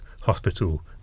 hospital